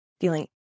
feeling